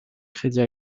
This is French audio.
crédit